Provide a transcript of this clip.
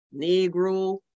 Negro